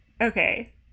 Okay